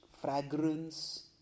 fragrance